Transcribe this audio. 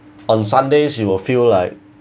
on sundays you will feel like